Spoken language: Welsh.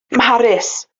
mharis